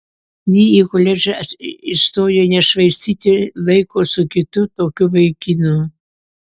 ji į koledžą įstojo nešvaistyti laiko su kitu tokiu vaikinu